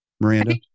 Miranda